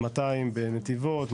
200 בנתיבות,